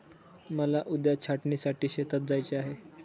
मला उद्या छाटणीसाठी शेतात जायचे आहे